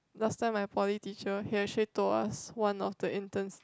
last time my poly teacher he actually told us one of the interns